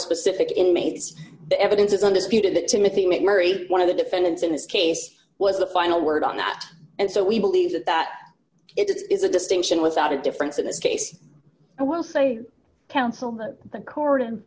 specific inmates the evidence is undisputed that timothy made murray one of the defendants in this case was the final word on that and so we believe that that is a distinction without a difference in this case i will say councilman the court and